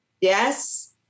Yes